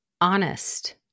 honest